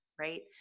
right